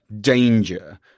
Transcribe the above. danger